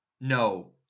No